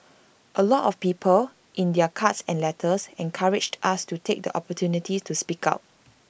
A lot of people in their cards and letters encouraged us to take the opportunity to speak out